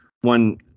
one